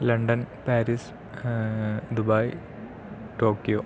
London Paris Dubai Tokyo